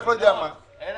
אני לא יודע מה הוא עושה.